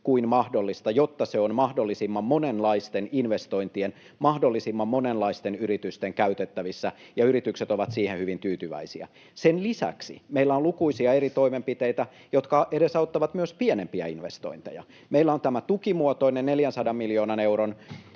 kuin mahdollista, jotta se on mahdollisimman monenlaisten investointien ja mahdollisimman monenlaisten yritysten käytettävissä, ja yritykset ovat siihen hyvin tyytyväisiä. Sen lisäksi meillä on lukuisia eri toimenpiteitä, jotka edesauttavat myös pienempiä investointeja. Meillä on tämä tukimuotoinen 400 miljoonan euron